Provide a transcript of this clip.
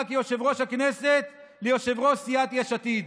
כיושב-ראש הכנסת ליושב-ראש סיעת יש עתיד.